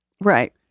Right